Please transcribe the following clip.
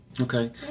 Okay